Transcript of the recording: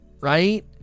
right